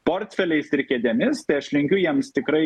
portfeliais ir kėdėmis tai aš linkiu jiems tikrai